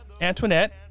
Antoinette